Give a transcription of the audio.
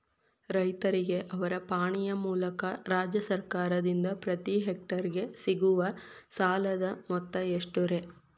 ರೈತರಿಗೆ ಅವರ ಪಾಣಿಯ ಮೂಲಕ ರಾಜ್ಯ ಸರ್ಕಾರದಿಂದ ಪ್ರತಿ ಹೆಕ್ಟರ್ ಗೆ ಸಿಗುವ ಸಾಲದ ಮೊತ್ತ ಎಷ್ಟು ರೇ?